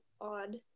odd